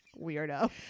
weirdo